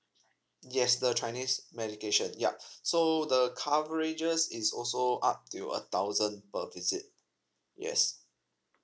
yes the chinese medication ya so the coverages is also up till a thousand per visit yes